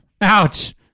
Ouch